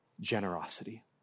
generosity